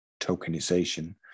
tokenization